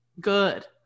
Good